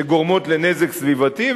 שגורמות לנזק סביבתי,